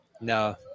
No